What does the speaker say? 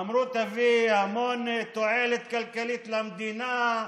אמרו שהיא תביא המון תועלת כלכלית למדינה,